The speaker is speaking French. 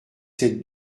cette